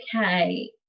Okay